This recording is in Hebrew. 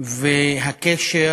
והקשר